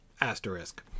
Asterisk